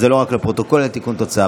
אז זה לא רק לפרוטוקול אלא תיקון תוצאה.